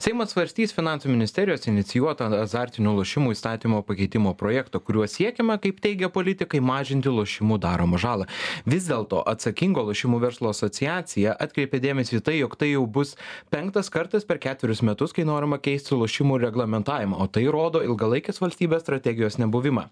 seimas svarstys finansų ministerijos inicijuotą azartinių lošimų įstatymo pakeitimo projektą kuriuo siekiama kaip teigia politikai mažinti lošimų daromą žalą vis dėlto atsakingo lošimų verslo asociacija atkreipė dėmesį į tai jog tai jau bus penktas kartas per ketverius metus kai norima keisti lošimų reglamentavimą o tai rodo ilgalaikės valstybės strategijos nebuvimą